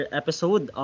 episode